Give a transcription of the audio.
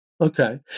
Okay